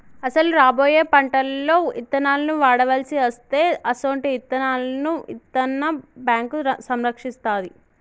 అసలు రాబోయే పంటలలో ఇత్తనాలను వాడవలసి అస్తే అసొంటి ఇత్తనాలను ఇత్తన్న బేంకు సంరక్షిస్తాది